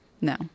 No